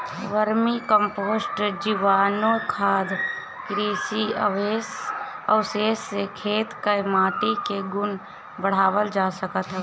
vermi compost, जीवाणुखाद, कृषि अवशेष से खेत कअ माटी के गुण बढ़ावल जा सकत हवे